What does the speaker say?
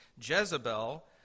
Jezebel